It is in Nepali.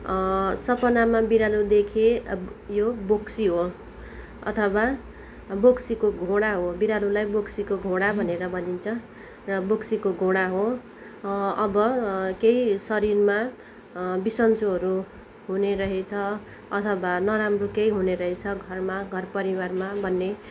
सपनामा बिरालो देखे यो बोक्सी हो अथवा बोक्सीको घोडा हो बिरालोलाई बोक्सीको घोडा भनेर भनिन्छ र बोक्सीको घोडा हो अब केही शरीरमा बिसन्चोहरू हुने रहेछ अथवा नराम्रो केही हुने रहेछ घरमा घर परिवारमा भन्ने